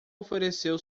ofereceu